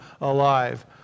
alive